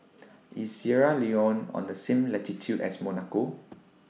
IS Sierra Leone on The same latitude as Monaco